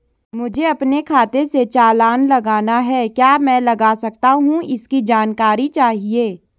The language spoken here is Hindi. मुझे अपने खाते से चालान लगाना है क्या मैं लगा सकता हूँ इसकी जानकारी चाहिए?